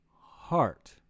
heart